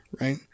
right